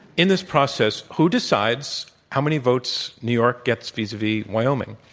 in this process, who decides how many votes new york gets vis-a-vis wyoming?